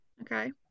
okay